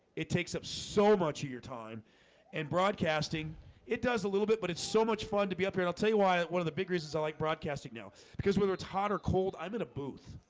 it takes up so much of your time and broadcasting broadcasting it does a little bit but it's so much fun to be up here i'll tell you why one of the big reasons, i like broadcasting now because whether it's hot or cold i'm in a booth.